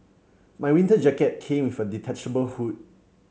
my winter jacket came with a detachable hood